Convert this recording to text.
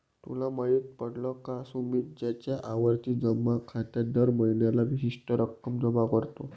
तुला माहित पडल का? सुमित त्याच्या आवर्ती जमा खात्यात दर महीन्याला विशिष्ट रक्कम जमा करतो